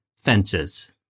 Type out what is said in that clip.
fences